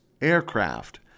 aircraft